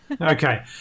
Okay